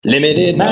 Limited